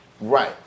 Right